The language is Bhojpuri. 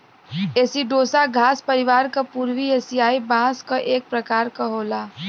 एसिडोसा घास परिवार क पूर्वी एसियाई बांस क एक प्रकार होला